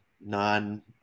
non